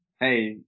hey